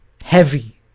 heavy